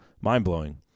mind-blowing